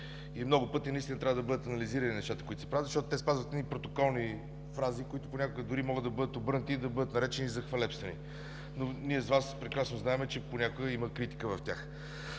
много пъти трябва да бъдат анализирани нещата, които се правят, защото те спазват едни протоколни фрази, които понякога дори могат да бъдат обърнати и да бъдат наречени като хвалебствени. Но ние с Вас прекрасно знаем, че понякога и в тях